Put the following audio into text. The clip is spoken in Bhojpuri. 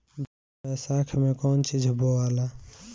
बैसाख मे कौन चीज बोवाला?